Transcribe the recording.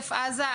עוטף עזה,